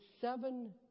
seven